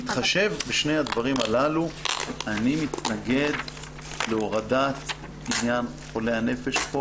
בהתחשב בשני הדברים הללו אני מתנגד להורדת עניין חולי הנפש פה